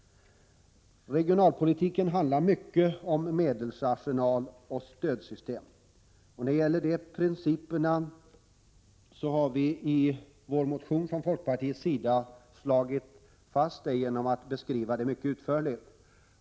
Regionalpolitiken handlar mycket om medelsarsenal och stödsystem. De principerna har vi från folkpartiets sida i vår motion slagit fast genom att beskriva dem mycket utförligt.